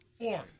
Four